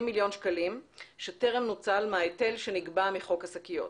מיליון שקלים שטרם נוצל מההיטל שנגבה מחוק השקיות.